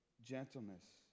gentleness